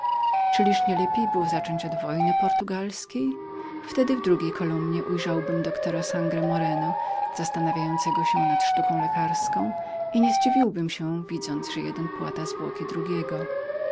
czyliż nie lepiejby było zacząć od wojny portugalskiej wtedy w drugiej kolumnie ujrzałbym doktora sangro moreno zastanawiającego się nad sztuką lekarską tym sposobem nie dziwiłbym się widząc że jeden płata drugiego